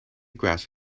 grass